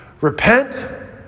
repent